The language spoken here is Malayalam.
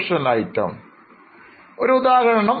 Exceptional item മറ്റൊരുദാഹരണം പറയാമോ